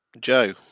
Joe